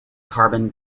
carbon